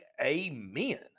amen